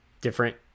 different